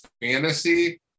fantasy